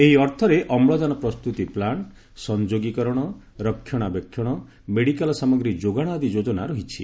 ଏହି ଅର୍ଥରେ ଅମୁଜାନ ପ୍ରସ୍ତୁତି ପ୍ଲାଣ୍ଟ ସଂଯୋଗୀକରଣ ରକ୍ଷଣାବେକ୍ଷଣ ମେଡିକାଲ୍ ସାମଗ୍ରୀ ଯୋଗାଣ ଆଦି ଯୋଜନା ରହିଛି